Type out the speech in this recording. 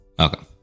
Okay